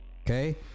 Okay